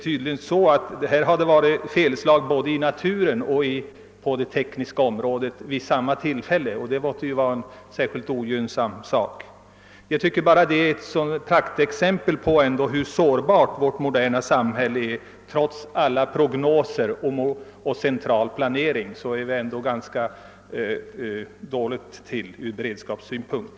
Tydligen har det denna gång slagit fel både i naturen och på det tekniska området vid samma tillfälle, och det måste vara en särskilt ogynnsam situation. Enligt min mening är det också ett praktexempel på hur sårbart vårt moderna samhälle är. Trots alla prognoser och all central planering ligger vi ganska dåligt till från beredskapssynpunkt.